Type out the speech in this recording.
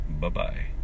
Bye-bye